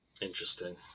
interesting